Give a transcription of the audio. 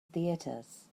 theatres